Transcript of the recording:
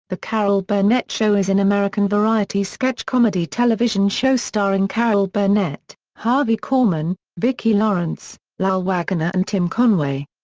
the carol burnett show is an american variety sketch comedy television show starring carol burnett, harvey korman, vicki lawrence, lyle waggoner and tim conway.